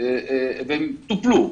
והן טופלו.